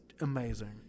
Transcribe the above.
amazing